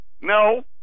No